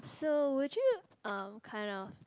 so would you uh kind of